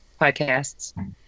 podcasts